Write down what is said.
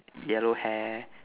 yellow hair